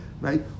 Right